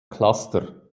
cluster